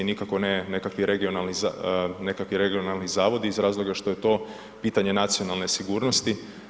Nikako ne nikakvi regionalni zavodi iz razloga što je to pitanje nacionalne sigurnosti.